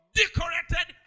decorated